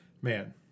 Man